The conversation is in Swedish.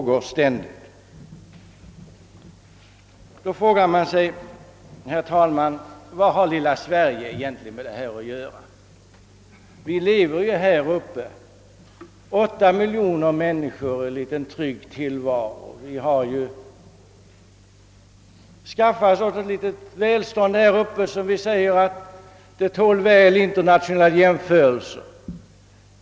Då kan man fråga: Vad har detta egentligen med det lilla Sverige att göra? Här lever vi, knappt åtta miljoner människor, i en trygg tillvaro. Vi har skaffat oss ett litet välstånd, som vi själva säger väl tål internationella jämförelser.